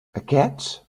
aquests